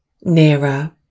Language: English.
nearer